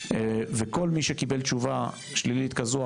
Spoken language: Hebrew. כדי שתהיה שקיפות וכל מי שקיבל תשובה שלילית כזו,